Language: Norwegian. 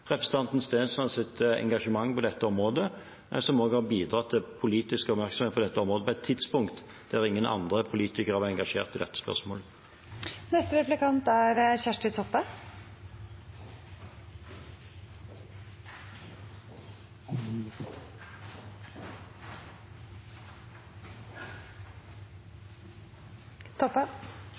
representanten Stenslands engasjement, som har bidratt til politisk oppmerksomhet på dette området på et tidspunkt da ingen andre politikere var engasjert i dette spørsmålet.